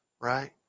right